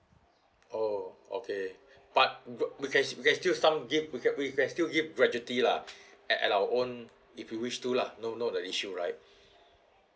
oh okay but we can we can still some give we can still give gratuity lah at our own if we wish to lah no not an issue right